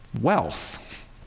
wealth